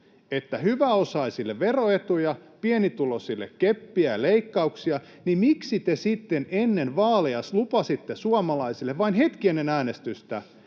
että hyväosaisille veroetuja, pienituloisille keppiä ja leikkauksia, niin miksi te sitten ennen vaaleja lupasitte suomalaisille, vain hetki ennen äänestystä,